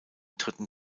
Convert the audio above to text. dritten